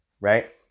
right